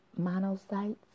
monocytes